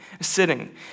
sitting